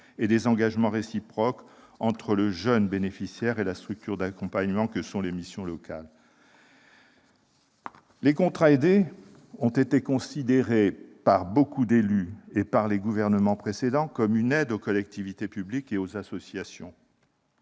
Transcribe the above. et des engagements réciproques entre le jeune bénéficiaire et la structure d'accompagnement qu'est la mission locale. Les contrats aidés ont été considérés par de nombreux élus et par les gouvernements précédents comme une aide aux collectivités publiques et aux associations.